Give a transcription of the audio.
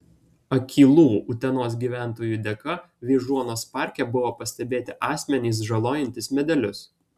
akylų utenos gyventojų dėka vyžuonos parke buvo pastebėti asmenys žalojantys medelius